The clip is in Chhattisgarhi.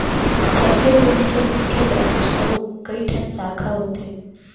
सब्बो बेंक के मुख्य ब्रांच अउ कइठन साखा होथे